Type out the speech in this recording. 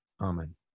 Amen